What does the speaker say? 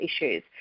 issues